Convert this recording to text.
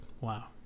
Wow